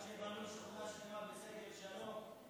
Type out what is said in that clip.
עד שבנו שכונה שלמה בשגב שלום,